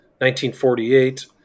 1948